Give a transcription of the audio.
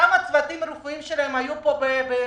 כמה הצוותים הרפואיים שלהם היו פה במחאות?